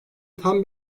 tam